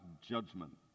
judgment